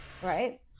Right